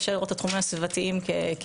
אפשר לראות את התחומים הסביבתיים כבעייתיים.